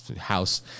house